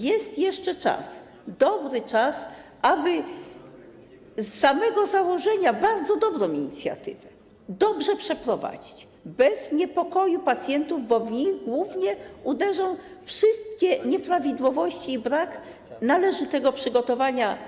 Jest jeszcze czas, dobry czas, aby z samego założenia bardzo dobrą inicjatywę dobrze przeprowadzić, bez niepokoju pacjentów, bo w nich głównie uderzą wszystkie nieprawidłowości i brak należytego przygotowania.